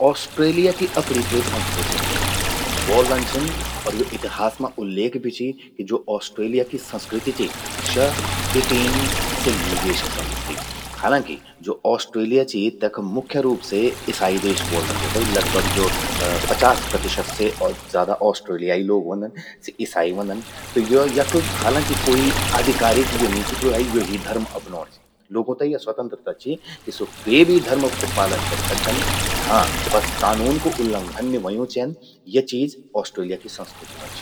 ऑस्ट्रेलिया कि अपणि क्वे संस्कृति नी चि। ब्वोलदन छिन और यो इतिहास मां उल्लेख भि चि, कि ज्वो ऑस्ट्रेलिया कि संस्कृति चि, स्या ब्रिटेन से ल्यीं गे स्या स्संकृति। हालांकि, ज्वो ऑस्ट्रेलिया चि, तख मुख्य रूप से ईसाई देश ब्वोलदन तेते, लगभग ज्वो पचास प्रतिशत से ज्यादा ऑस्ट्रेलियाई लोग व्हंदन, सि ईसाई व्हंदन। त यो यख हालंकि कोई आधिकारिक यो नी चि भई यो ही धर्म अपनौंण चि। लोगूं ते या स्वंतंत्रता चि कि सि क्वे भि धर्म कु पालन करि सकदन। हां बस कानून कु उल्लंघन नि व्हयूं चेंद, या चीज ऑलस्ट्रेलिया की संस्कृति मा चि।